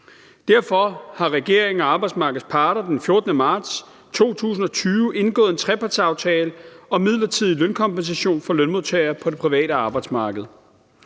Derfor har regeringen og arbejdsmarkedets parter den 14. marts 2020 indgået en trepartsaftale om midlertidig lønkompensation for lønmodtagere på det private arbejdsmarked.